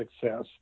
success